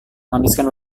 menghabiskan